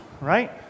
Right